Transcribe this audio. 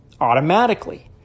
automatically